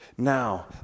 Now